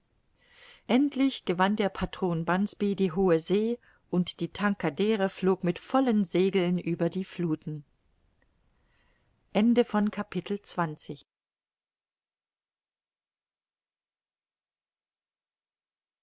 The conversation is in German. endlich gewann der patron bunsby die hohe see und die tankadere flog mit vollen segeln über die fluthen